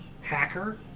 Hacker